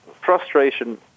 Frustration